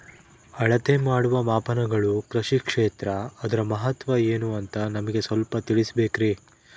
ಅಳತೆ ಮಾಡುವ ಮಾಪನಗಳು ಕೃಷಿ ಕ್ಷೇತ್ರ ಅದರ ಮಹತ್ವ ಏನು ಅಂತ ನಮಗೆ ಸ್ವಲ್ಪ ತಿಳಿಸಬೇಕ್ರಿ?